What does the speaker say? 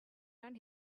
ran